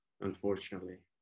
Unfortunately